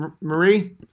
Marie